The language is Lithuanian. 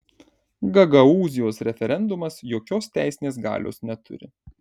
gagaūzijos referendumas jokios teisinės galios neturi